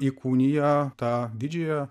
įkūnija tą didžiąją